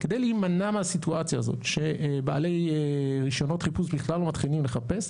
כדי להימנע מהסיטואציה הזאת שבעלי רישיונות חיפוש בכלל לא מתחילים לחפש,